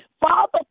Father